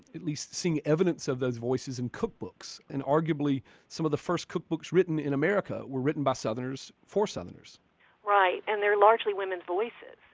at least seeing evidence of those voices in cookbooks. and arguably some of the first cookbooks written in america were written by southerners for southerners right, and they're largely women's voices.